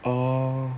orh